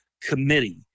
Committee